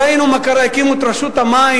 ראינו מה קרה: הקימו את רשות המים,